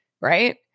right